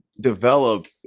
Develop